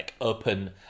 open